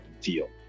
feel